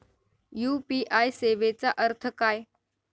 UPI सेवेचा अर्थ काय?